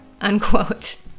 unquote